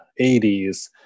80s